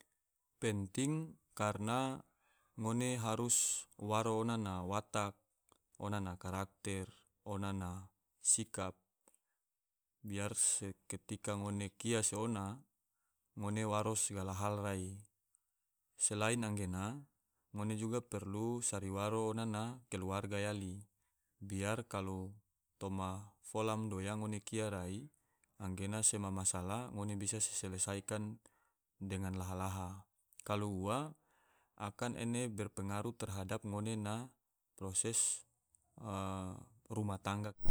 Penting karna ngone harus waro ona na watak, ona na karakter, ona na sikap, biar seketika ngone kia se ona ngone waro sagala hal rai, selain anggena ngone juga perlu sari waro ona na keluarga yali, biar kalo toma fola ma doya ngone kia rai anggena sema masalah ngone bisa selesaikan dengan laha-laha, kalo ua akan ene berpengaruh terhadap ngone na proses rumah tangga